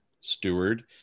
steward